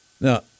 now